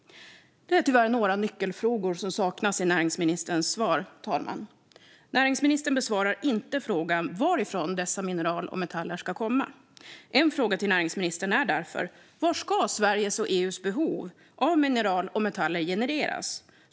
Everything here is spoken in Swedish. Det är tyvärr några nyckelfrågor som saknas i näringsministerns svar, fru talman. Näringsministern besvarar inte frågan varifrån dessa mineral och metaller ska komma. En fråga till näringsministern är därför: Var ska Sveriges och EU:s behov av mineral och metaller tillgodoses?